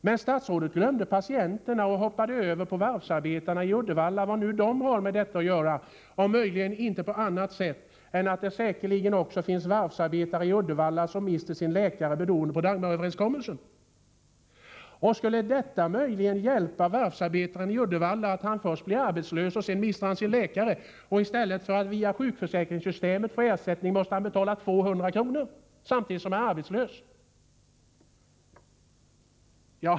Men statsrådet glömde patienten och hoppade över på varvsarbetarna i Uddevalla — vad nu de har med detta att göra, om möjligen inte på annat sätt än att det säkerligen också finns varvsarbetare i Uddevalla som mister sin läkare beroende på Dagmaröverenskommelsen. Skulle det möjligen hjälpa varvsarbetaren i Uddevalla att han först blir arbetslös och sedan mister sin läkare och i stället för att via sjukförsäkringssystemet få ersättning måste betala 200 kr. samtidigt som han är arbetslös.